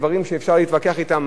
דברים שאפשר להתווכח אתם,